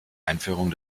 einführung